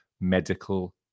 Medical